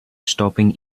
stopping